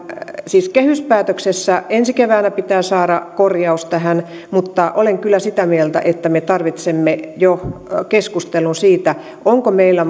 siis kehyspäätöksessä ensi keväänä pitää saada korjaus tähän mutta olen kyllä sitä mieltä että me tarvitsemme jo keskustelun siitä onko meillä